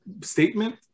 statement